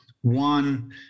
One